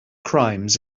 crimes